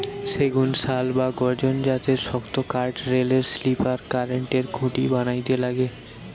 সেগুন, শাল বা গর্জন জাতের শক্তকাঠ রেলের স্লিপার, কারেন্টের খুঁটি বানাইতে লাগে